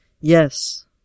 Yes